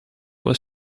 was